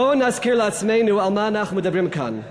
בואו נזכיר לעצמנו על מה אנחנו מדברים כאן: